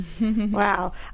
Wow